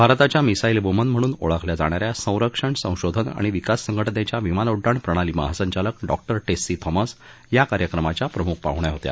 भारताच्या missile woman म्हणून ओळखल्या जाणा या संरक्षण संशोधन आणि विकास संघ जेच्या विमानोड्डाण प्रणाली महासंचालक डॉक्टर उसी थॉमस या कार्यक्रमाच्या प्रमुख पाहुण्या होत्या